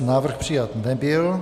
Návrh přijat nebyl.